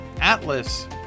Atlas